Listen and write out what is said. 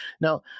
Now